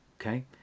okay